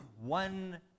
One